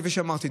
כפי שאמרתי,